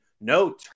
No